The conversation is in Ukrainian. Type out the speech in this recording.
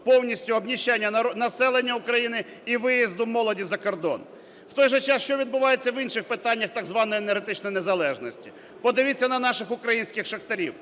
повністю обнищания населення України і виїзду молоді за кордон. В той же час що відбувається в інших питаннях так званої енергетичної незалежності? Подивіться на наших українських шахтарів.